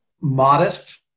modest